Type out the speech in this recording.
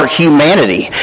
humanity